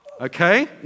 Okay